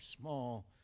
small